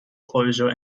closure